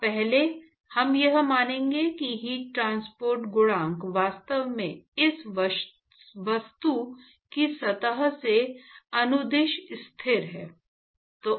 अब पहले हम यह मानेंगे कि हीट ट्रांसपोर्ट गुणांक वास्तव में इस वस्तु की सतह के अनुदिश स्थिर है